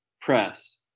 press